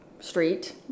Street